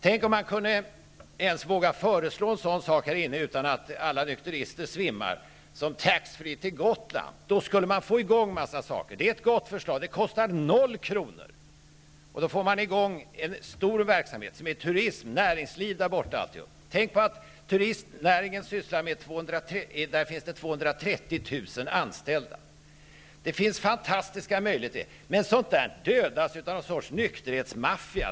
Tänk om man ens kunde våga föreslå en sådan sak som taxfree till Gotland här inne i kammaren utan att alla nykterister svimmar. Då skulle man få i gång en massa saker. Det är ett gott förslag som kostar noll kronor. Då får man i gång en stor verksamhet med turism, näringsliv och alltihop där. Tänk på att det finns 230 000 anställda i turistnäringen! Det finns fantastiska möjligheter. Men sådant här dödas av en sorts nykterhetsmaffia!